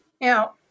Now